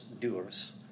doers